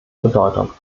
bedeutung